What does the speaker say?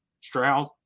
Stroud